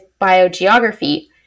biogeography